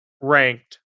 ranked